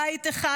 בית אחד,